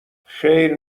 خیر